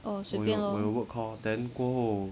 orh 随便 lor